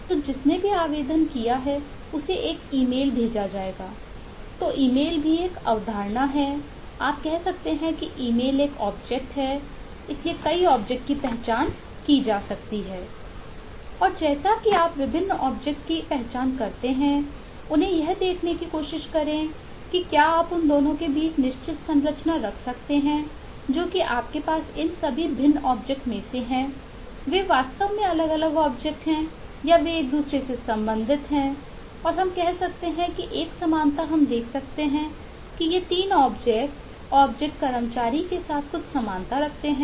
और जैसा कि आप विभिन्न ऑब्जेक्ट कर्मचारी के साथ कुछ समानता रखते हैं